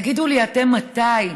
תגידו לי אתם מתי